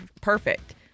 perfect